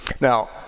Now